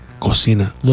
Cocina